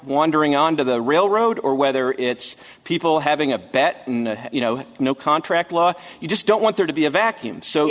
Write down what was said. wandering on to the railroad or whether it's people having a bet you know no contract law you just don't want there to be a vacuum so